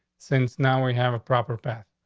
since now we have a proper pass.